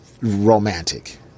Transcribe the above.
romantic